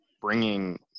bringing